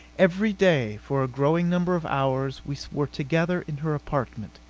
every day, for a growing number of hours, we were together in her apartment.